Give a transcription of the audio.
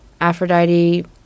Aphrodite